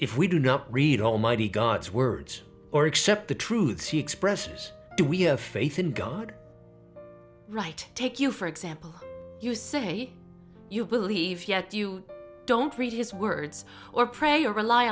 if we do not read almighty god's words or accept the truths he expresses do we have faith in god right take you for example you say you believe yet you don't read his words or pray or rely